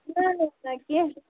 نہ حظ کیٚنٛہہ